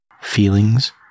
feelings